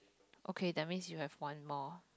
okay that means you have one more